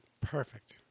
Perfect